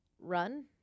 Run